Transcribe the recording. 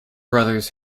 brothers